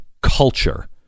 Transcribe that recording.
culture